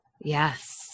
Yes